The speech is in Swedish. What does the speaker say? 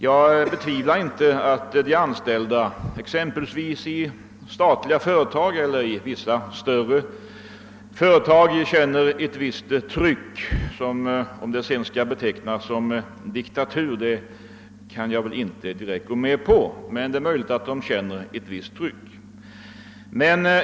Jag betvivlar inte att de anställda, exempelvis i statliga företag eller i vissa större företag, känner ett tryck. Jag kan dock inte gå med på att beteckna detta som diktatur.